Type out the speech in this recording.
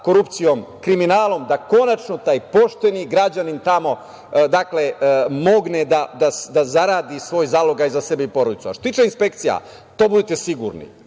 korupcijom, kriminalom, da konačno taj pošteni građanin tamo može da zaradi svoj zalogaj za sebe i porodicu. Što se tiče inspekcija, to budite sigurni,